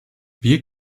wir